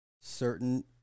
certain